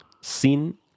sin